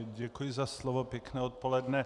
Děkuji za slovo, pěkné odpoledne.